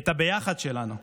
את הביחד שלנו.